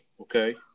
okay